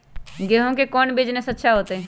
गेंहू के कौन बिजनेस अच्छा होतई?